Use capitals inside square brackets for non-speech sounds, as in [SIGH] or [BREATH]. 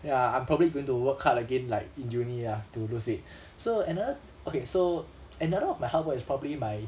ya I'm probably going to work hard again like in uni ah to lose weight [BREATH] so another okay so another of my hard work is probably my